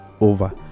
over